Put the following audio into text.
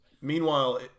Meanwhile